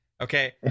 Okay